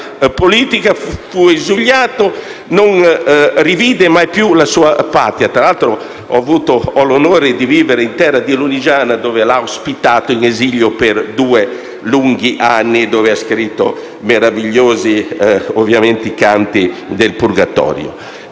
politica, fu esiliato e non rivide mai più la sua patria. Tra l'altro ho l'onore di vivere nella terra della Lunigiana che lo ha ospitato in esilio per due lunghi anni e dove ha scritto i meravigliosi canti del Purgatorio,